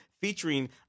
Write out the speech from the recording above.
featuring